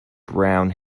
brown